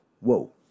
Whoa